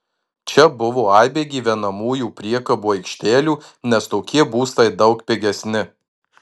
čia buvo aibė gyvenamųjų priekabų aikštelių nes tokie būstai daug pigesni